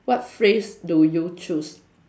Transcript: what phrase do you choose